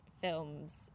films